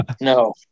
No